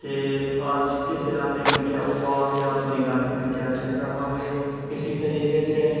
کہ آج کس علاقے میں کیا ہوا یا اپنے علاقے میں کیا چل رہا ہے اسی طریقے سے